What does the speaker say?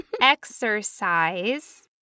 exercise